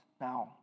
now